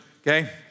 okay